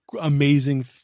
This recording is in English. amazing